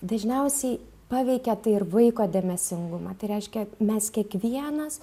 dažniausiai paveikia tai ir vaiko dėmesingumą tai reiškia mes kiekvienas